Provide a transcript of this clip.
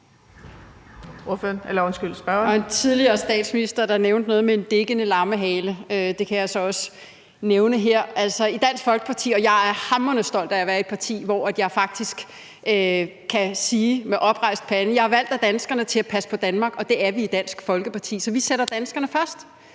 en tidligere statsminister, der nævnte noget med en dikkende lammehale. Det kan jeg så også nævne her. Jeg er hamrende stolt af at være i et parti, Dansk Folkeparti, hvor jeg faktisk kan sige med oprejst pande, at jeg er valgt af danskerne til at passe på Danmark, for det er vi i Dansk Folkeparti. Vi sætter danskerne først.